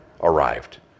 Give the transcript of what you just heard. arrived